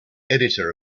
editor